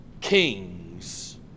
kings